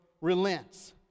relents